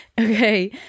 Okay